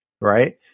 right